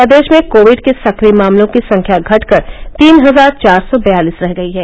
प्रदेश में कोविड के सक्रिय मामलों की संख्या घट कर तीन हजार चार सौ बयालीस रह गयी है